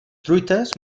truites